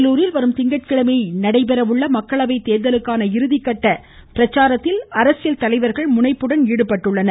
வேலூரில் வரும் திங்கட்கிழமை நடைபெற்ற உள்ள மக்களவை தேர்தலுக்கான இறுதி கட்ட பிரச்சாரத்தில் அரசியல் தலைவர்கள் முனைப்புடன் ஈடுபட்டுள்ளனர்